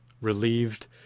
relieved